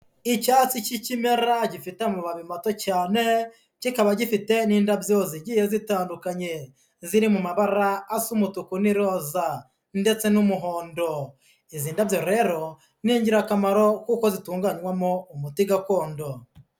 Icyatsi k'ikimera gifite amababi mato cyane kikaba gifite n'indabyo zigiye zitandukanye, ziri mu mabara asa umutuku n'iroza ndetse n'umuhondo. Izi ndabyo rero ni ingirakamaro kuko zitunganywamo umuti gakondo.